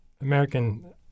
American